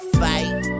fight